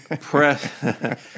Press